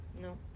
No